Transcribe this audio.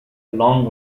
long